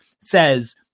says